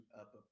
up